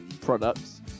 products